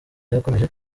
byakomeje